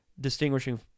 distinguishing